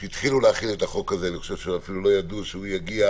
כשהתחילו להכין את החוק הזה לא ידעו שהוא יגיע